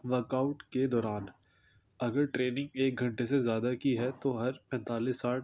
work out کے دوران اگر ٹریننگ ایک گھنٹے سے زیادہ کی ہے تو ہر پینتالیس سٹھ